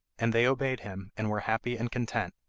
and they obeyed him, and were happy and content,